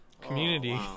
community